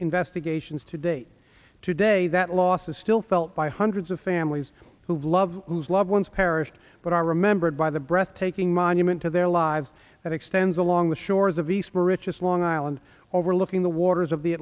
investigations to date today that loss is still felt by hundreds of families who love whose loved ones perished but i remembered by the breathtaking monument to their lives that extends along the shores of east for richest long island overlooking the waters of the